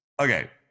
Okay